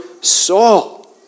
Saul